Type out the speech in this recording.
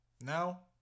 now